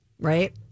Right